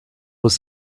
was